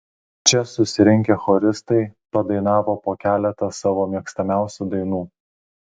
čia susirinkę choristai padainavo po keletą savo mėgstamiausių dainų